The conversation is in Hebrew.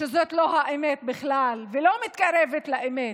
שזאת לא האמת בכלל, לא מתקרבת לאמת.